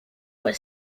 were